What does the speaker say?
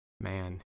man